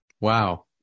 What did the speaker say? Wow